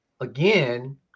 Again